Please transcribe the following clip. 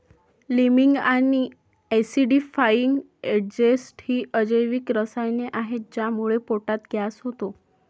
liming आणि acidifying agents ही अजैविक रसायने आहेत ज्यामुळे पोटात गॅस होतो